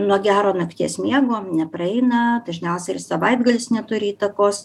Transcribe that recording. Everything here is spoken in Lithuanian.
nuo gero nakties miego nepraeina dažniausiai ir savaitgalis neturi įtakos